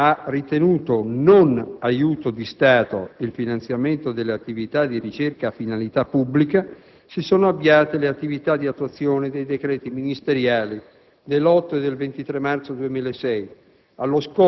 che ha ritenuto «non aiuto di Stato» il finanziamento delle attività di ricerca a finalità pubblica - si sono avviate le attività di attuazione dei decreti ministeriali dell'8 e del 23 marzo 2006,